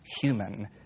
human